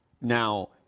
Now